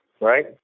right